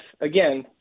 again